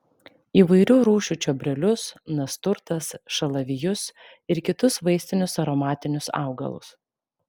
įvairių rūšių čiobrelius nasturtas šalavijus ir kitus vaistinius aromatinius augalus